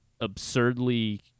absurdly